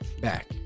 back